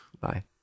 bye